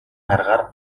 аргаар